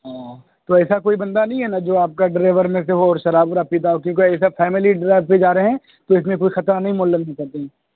ہاں تو ایسا کوئی بندہ نہیں ہے نا جو آپ کا ڈرائیور میں سے ہو اور شراب وراب پیتا ہو کیوںکہ یہ سب فیملی ڈرائیو پہ جا رہے ہیں تو اس میں کوئی خطرہ نہیں مول لینا چاہتے